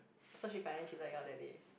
so she finally treated you on that day